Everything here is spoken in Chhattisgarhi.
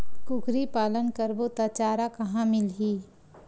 कुकरी पालन करबो त चारा कहां मिलही?